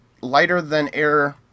lighter-than-air